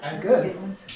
Good